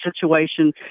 situation